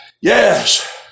yes